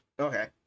Okay